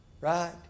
Right